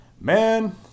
Man